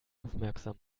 aufmerksam